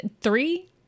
three